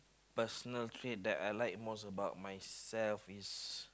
personal trait that I like the most about myself is